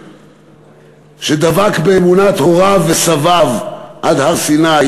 שדבק באמונת הוריו וסביו עד הר-סיני,